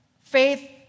faith